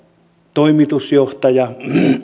toimitusjohtaja